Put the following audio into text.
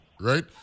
right